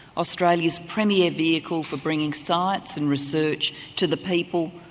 australia's premier vehicle for bringing science and research to the people,